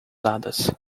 dadas